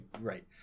Right